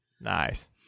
Nice